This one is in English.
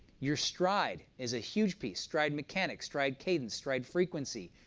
your stride is a huge piece, stride mechanics, stride cadence, stride frequency.